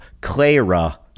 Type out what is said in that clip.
Clara